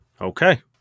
Okay